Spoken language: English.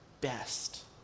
best